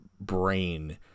brain